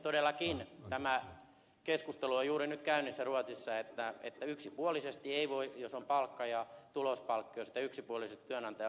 todellakin tämä keskustelu on juuri nyt käynnissä ruotsissa että yksipuolisesti ei voi jos on palkka ja tulospalkkio työnantaja sitä poistaa